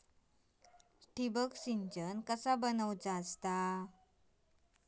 ठिबक सिंचन कसा बनवतत?